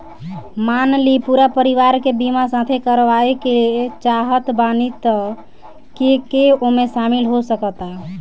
मान ली पूरा परिवार के बीमाँ साथे करवाए के चाहत बानी त के के ओमे शामिल हो सकत बा?